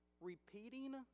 repeating